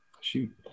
shoot